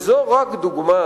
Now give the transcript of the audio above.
וזו רק דוגמה,